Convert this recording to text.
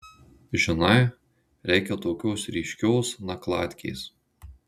žinai reikia tokios ryškios nakladkės